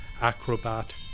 acrobat